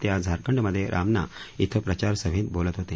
ते आज झारखंडमधे रामना क्षे प्रचारसभेत बोलत होते